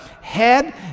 head